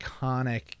iconic